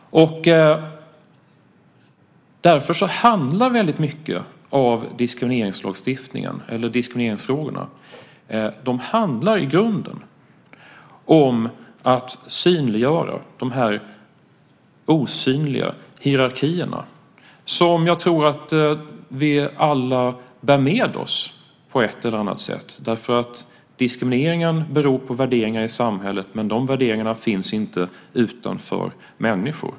Därför handlar väldigt mycket av diskrimineringsfrågorna i grunden om att synliggöra de osynliga hierarkierna, som jag tror att vi alla bär med oss på ett eller annat sätt. Diskrimineringen beror på värderingar i samhället, men de värderingarna finns inte utanför människor.